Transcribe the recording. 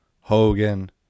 Hogan